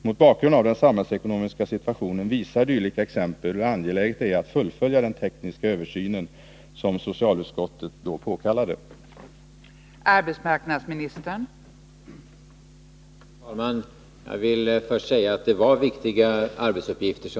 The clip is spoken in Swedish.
Mot bakgrund av den samhällsekonomiska situationen visar dylika exempel hur angeläget det är att fullfölja den tekniska översyn som socialutskottet påkallade då lagen antogs.